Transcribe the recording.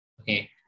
Okay